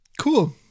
Cool